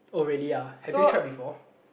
oh really ah have you tried before